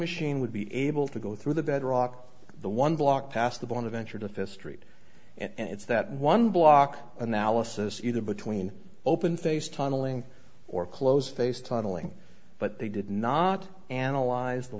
machine would be able to go through the bedrock the one block past the bonaventure to fist treat and it's that one block analysis either between open face tunneling or close face tunneling but they did not analyze the